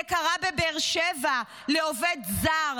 זה קרה בבאר שבע לעובד זר,